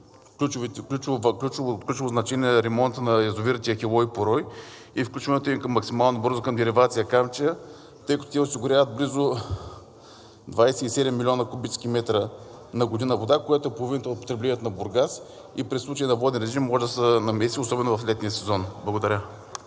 ключово значение е ремонтът на язовирите „Ахелой“ и „Порой“ и включването им максимално бързо към деривация „Камчия“, тъй като те осигуряват близо 27 милиона кубически метра вода на година, което е половината от потреблението на Бургас, и при случай на воден режим може да се намесят, особено в летния сезон. Благодаря.